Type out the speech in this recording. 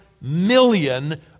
million